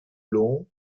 long